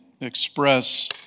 express